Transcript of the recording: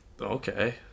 Okay